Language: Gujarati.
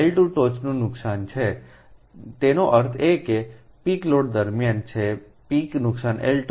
L2 ટોચનું નુકસાન છેતેનો અર્થ એ કે પીક લોડ દરમિયાન આ છે પીક નુકસાન L2